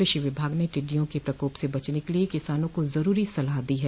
कृषि विभाग ने टिड्डियों के प्रकोप से बचने के लिए किसानों को जरूरी सलाह दी है